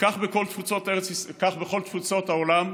וכך בכל תפוצות העולם,